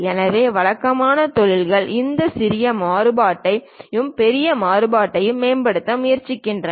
எனவே வழக்கமாக தொழில்கள் இந்த சிறிய மாறுபாட்டையும் பெரிய மாறுபாட்டையும் மேம்படுத்த முயற்சிக்கின்றன